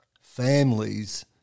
families